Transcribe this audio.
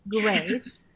Great